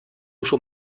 schon